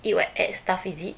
eat what add stuff is it